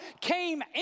came